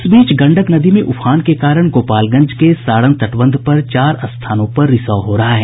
इस बीच गंडक नदी में उफान के कारण गोपालगंज के सारण तटबंध पर चार स्थानों पर रिसाव हो रहा है